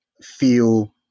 feel